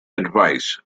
advice